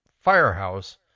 firehouse